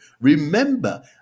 Remember